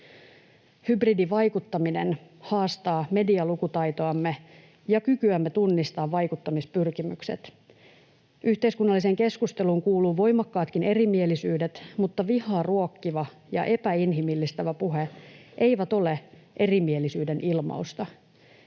Hybridivaikuttaminen haastaa medialukutaitoamme ja kykyämme tunnistaa vaikuttamispyrkimykset. Yhteiskunnalliseen keskusteluun kuuluu voimakkaatkin erimielisyydet, mutta vihaa ruokkiva ja epäinhimillistävä puhe eivät ole erimielisyyden ilmausta.